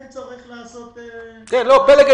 אין צורך לעשות --- פלג,